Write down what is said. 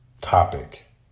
topic